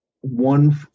one